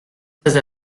très